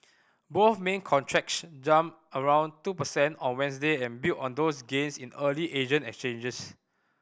both main contracts jumped around two percent on Wednesday and built on those gains in early Asian exchanges